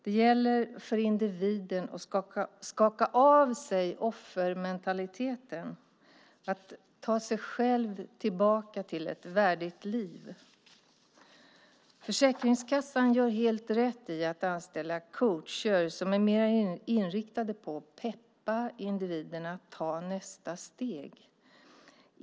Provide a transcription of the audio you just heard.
Det gäller för individen att skaka av sig offermentaliteten och att ta sig själv tillbaka till ett värdigt liv. Försäkringskassan gör helt rätt i att anställa coacher som är mer inriktade på att peppa individen att ta nästa steg.